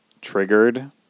triggered